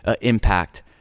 impact